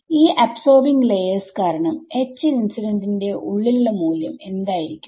ഈ absorbing layers കാരണം H incident ന്റെ ഉള്ളിലുള്ള മൂല്യം എന്തായിരിക്കും